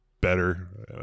better